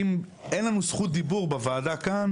אם אין לנו זכות דיבור בוועדה כאן